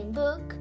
book